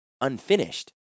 unfinished